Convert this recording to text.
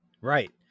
Right